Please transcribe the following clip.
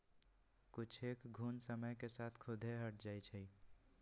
कुछेक घुण समय के साथ खुद्दे हट जाई छई